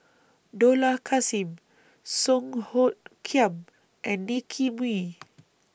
Dollah Kassim Song Hoot Kiam and Nicky Moey